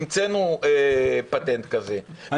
המצאנו פטנט כזה,